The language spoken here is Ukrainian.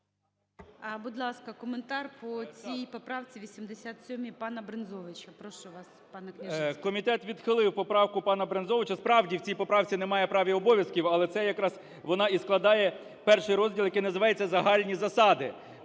Будь ласка, коментар по цій поправці 87 пана Брензовича. Прошу вас, пане Княжицький. 17:28:17 КНЯЖИЦЬКИЙ М.Л. Комітет відхилив поправку пана Брензовича. Справді, в цій поправці немає прав і обов'язків, але це якраз, вона і складає І розділ, який називається "Загальні засади".